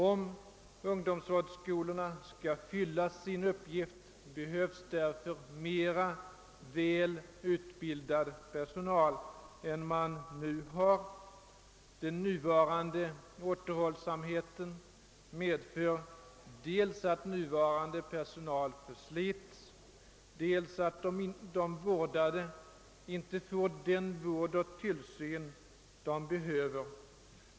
Om ungdomsvårdsskolorna skall kunna fylla sin uppgift behöver de därför mer välutbildad personal än de nu har. Den nuvarande återhållsamheten i detta avseende medför dels att den personal som nu finns förslits, dels att de vårdade inte får den vård och tillsyn de behöver.